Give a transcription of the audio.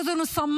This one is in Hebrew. תנועת הנשים